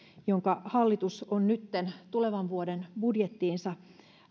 jonka hallitus on nytten tulevan vuoden budjettiinsa